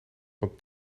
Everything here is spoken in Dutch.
van